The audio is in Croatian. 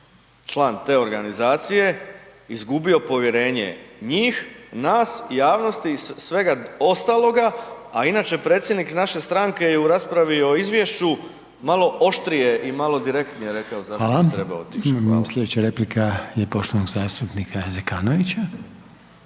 član te organizacije, izgubio povjerenje njih, nas, javnosti, svega ostaloga, a inače, predsjednik naše stranke je u raspravi o izvješću malo oštrije i malo direktnije rekao zašto treba .../Upadica Reiner: Hvala./... otići. **Reiner, Željko (HDZ)** Sljedeća replika je poštovanog zastupnika Zekanovića.